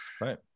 right